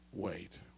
Wait